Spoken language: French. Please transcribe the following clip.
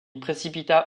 précipita